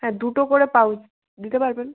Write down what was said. হ্যাঁ দুটো করে পাউচ দিতে পারবেন